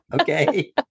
Okay